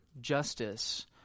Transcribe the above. justice